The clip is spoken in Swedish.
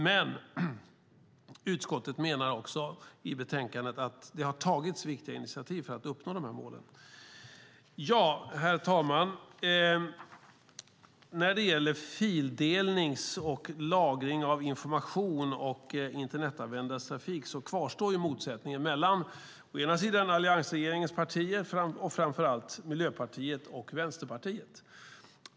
Men utskottet menar också i betänkandet att det har tagits viktiga initiativ för att uppnå de här målen. Herr talman! När det gäller fildelning och lagring av information och internetanvändares trafik kvarstår motsättningen mellan alliansregeringens partier och framför allt Miljöpartiet och Vänsterpartiet.